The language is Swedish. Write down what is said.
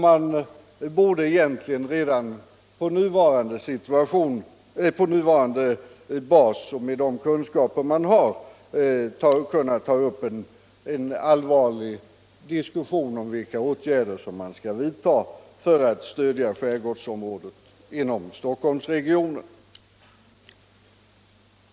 Man borde egentligen redan på nuvarande bas och med de kunskaper man har kunna ta upp en allvarlig diskussion om vilka åtgärder man skall vidta för att stödja skärgårdsområdet inom Stockholmsregionen.